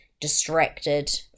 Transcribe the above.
distracted